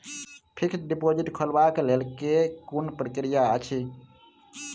Fixed deposit खोलबाक लेल केँ कुन प्रक्रिया अछि?